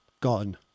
gone